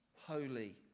holy